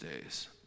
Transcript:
days